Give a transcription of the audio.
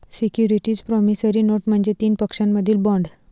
securities promissory note म्हणजे तीन पक्षांमधील बॉण्ड